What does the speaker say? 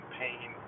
pain